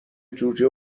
جوجه